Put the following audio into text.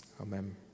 Amen